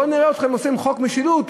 בואו נראה אתכם עושים חוק משילות.